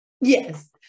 yes